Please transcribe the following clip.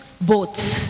boats